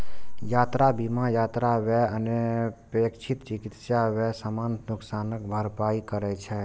यात्रा बीमा यात्रा व्यय, अनपेक्षित चिकित्सा व्यय, सामान नुकसानक भरपाई करै छै